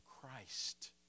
Christ